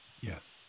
Yes